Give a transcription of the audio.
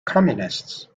communists